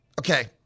okay